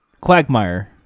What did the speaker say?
Quagmire